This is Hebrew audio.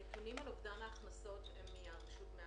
הנתונים על אובדן ההכנסות הם מהעירייה?